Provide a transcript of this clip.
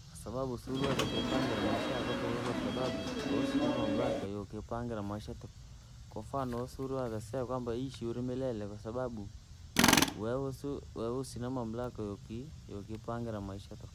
Sababu siuriweza kuipangira maisha tukuu kwasababu, usina mamlaka yookipangira maisha tukuu, kwa mfano siuniweza sea kwamba ishi uri milele kwasababu, wewe si wewe usina mamlaka yokii yokipangira maisha. tukuu.